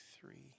three